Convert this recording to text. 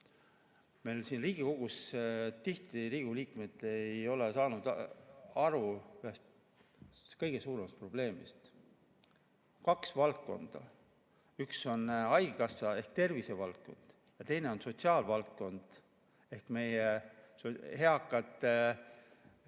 Meil siin Riigikogus tihti Riigikogu liikmed ei ole saanud aru ühest kõige suuremast probleemist. On kaks valdkonda: üks on haigekassa ehk tervisevaldkond ja teine on sotsiaalvaldkond ehk meie eakate,